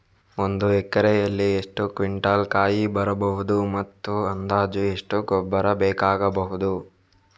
ಒಂದು ಎಕರೆಯಲ್ಲಿ ಎಷ್ಟು ಕ್ವಿಂಟಾಲ್ ಕಾಯಿ ಬರಬಹುದು ಮತ್ತು ಅಂದಾಜು ಎಷ್ಟು ಗೊಬ್ಬರ ಬೇಕಾಗಬಹುದು?